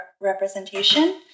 representation